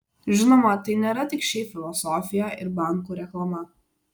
žinoma tai nėra tik šiaip filosofija ir bankų reklama